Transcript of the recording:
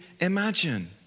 imagine